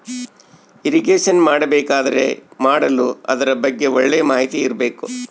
irrigation ಮಾಡಬೇಕಾದರೆ ಮಾಡಲು ಅದರ ಬಗ್ಗೆ ಒಳ್ಳೆ ಮಾಹಿತಿ ಇರ್ಬೇಕು